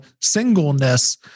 singleness